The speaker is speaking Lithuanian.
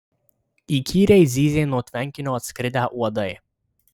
įkyriai zyzė nuo tvenkinio atskridę uodai